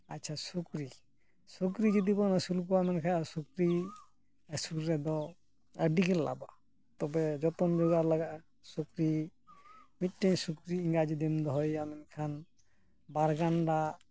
ᱟᱪᱪᱷᱟ ᱥᱩᱠᱨᱤ ᱥᱩᱠᱨᱤ ᱡᱩᱫᱤ ᱵᱚᱱ ᱟᱹᱥᱩᱞ ᱠᱚᱣᱟ ᱢᱮᱱᱠᱷᱟᱱ ᱥᱩᱠᱨᱤ ᱟᱹᱥᱩᱞ ᱨᱮᱫᱚ ᱟᱹᱰᱤ ᱜᱮ ᱞᱟᱵᱟ ᱛᱚᱵᱮ ᱡᱚᱛᱚᱱ ᱡᱚᱜᱟᱣ ᱞᱟᱜᱟᱜᱼᱟ ᱥᱩᱠᱨᱤ ᱢᱤᱫᱴᱮᱱ ᱥᱩᱠᱨᱤ ᱮᱸᱜᱟ ᱡᱩᱫᱤᱢ ᱫᱚᱦᱚᱭᱮᱭᱟ ᱢᱮᱱᱠᱷᱟᱱ ᱵᱟᱨ ᱜᱟᱱᱰᱟ